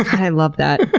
i love that.